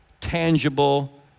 tangible